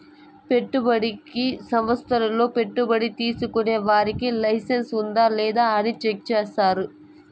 పెట్టుబడికి సంస్థల్లో పెట్టుబడి తీసుకునే వారికి లైసెన్స్ ఉందా లేదా అని చెక్ చేస్తారు